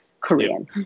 Korean